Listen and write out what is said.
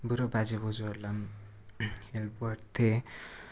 बुढो बाजे बोजूहरूलाई हेल्प गर्थेँ